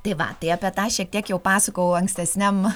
tai va tai apie tą šiek tiek jau pasakojau ankstesniam